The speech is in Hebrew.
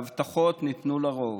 והבטחות ניתנו לרוב.